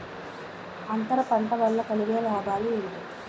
అంతర పంట వల్ల కలిగే లాభాలు ఏంటి